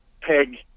peg